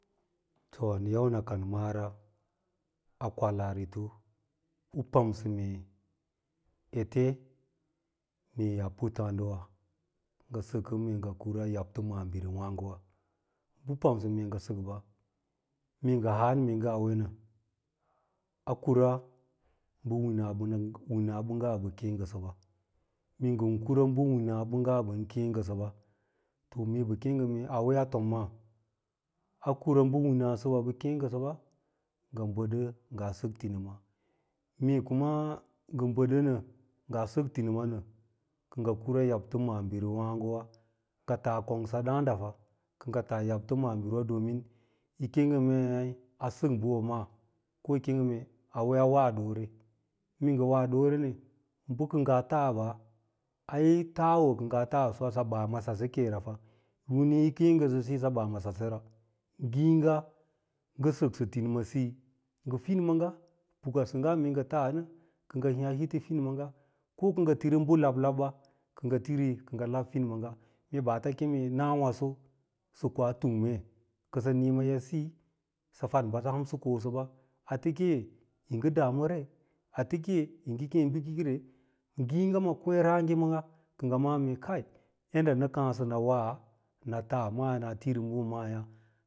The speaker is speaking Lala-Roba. To nɚn yau nɚ kan maara a kwalaarito, u pamsɚ mee ete mee maa puttààdiwa ngɚ sɚkɚ ngɚ kura yubto maalirriyààgewa, bɚ pamsɚ mee ngɚ sɚkɓa mee ngɚ haan mee ngɚ auwe nɚ a kura bɚ wina bɚ winaɓɚngga ɓa kêê ngɚsɚ ɓɚ minga kura bakêê ngɚsɚ ɓɚ kêê ngɚsɚɓa to mee ɓɚ kêê ngɚ meeauwe a tom maa a kura bɚ winasɚɓɚ ɓɚ kêê ngɚsɚa ngɚ were ngaa sɚk tinima mee kuma ngɚ bɚdɚ nɚ ngaa sɚk tinima nɚ kɚ ngɚ kura yabto maahn ri wango nra ngɚ taa kongsa dààuda fay kɚ nga taa ybto maalin iira pomin ke ngɚ mei a sɚk bɚbamaa ko yi kee ngɚ mee auwe a wa doore. Mee ngɚ wa doore nɚ bɚ kɚ anaa tas ɓa ai taawo ko ngaaw laa suwa sɚ ɓan ma sase, ke ra fa wine ji kii ngɚsɚsisi sɚ ɓaa ma sasera ngiiga ngɚ sɚksɚ tinimsiyi ngɚ fiiimaga pukaɓɚngga mee ngɚ taa nɚ kɚ ngɚ hii a hito fin manga ko kɚ ngɚ tiri bɚ tablabi. Kɚ ngɚ tiri ngɚ lah ngiiga finmaga mee banta keme nawaso lɚ kos tungme kɚ sɚ nii ma efsiyi ja fad ɓasa ham sɚ kosɚba ate ke yi ngɚ ɗamure, ate ke yi ngɚ kêê bɚkakere ngiiga ma kirêêrààge maaga kɚ ngɚ mala mee kai yadda nɚ kààêsɚ nɚ wa nɚ taa maa na tiri bɚ maayà